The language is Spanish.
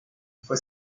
fue